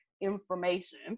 information